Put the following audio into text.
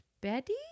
Betty